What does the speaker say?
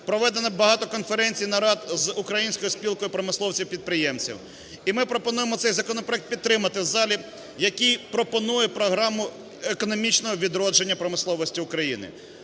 Проведено багато конференцій, нарад з Українською спілкою промисловців і підприємців. І ми пропонуємо цей законопроект підтримати в залі, який пропонує програму економічного відродження промисловості України.